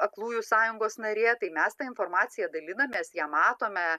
aklųjų sąjungos narė tai mes ta informacija dalinamės ją matome